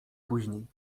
później